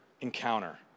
encounter